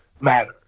matter